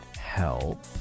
help